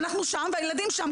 ואנחנו שם והילדים שם,